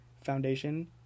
foundation